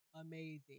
amazing